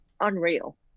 unreal